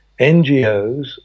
NGOs